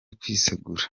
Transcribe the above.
kwisegura